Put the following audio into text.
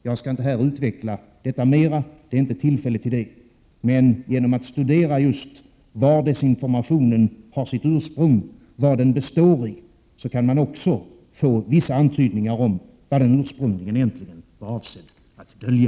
Jag skall inte här utveckla detta mera — det är inte tillfälle till det — men genom att studera just var desinformationen har sitt ursprung och vad den består i kan man få vissa antydningar om vad den ursprungligen var avsedd att dölja.